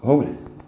हो गेल